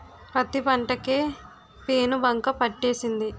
పత్తి పంట కి పేనుబంక పట్టేసింది